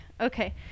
Okay